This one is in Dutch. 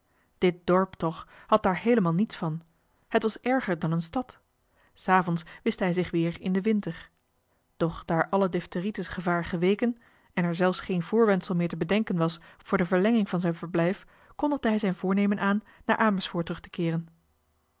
dit dorp toch had daar heelemaal niets van het was erger dan een stad s avonds wist hij zich weer in den winter doch daar alle diphteritis gevaar geweken en er zelfs geen voorwendsel meer te bedenken was voor de verlenging van zijn verblijf kondigde hij zijn voornemen aan naar amersfoort terug te keeren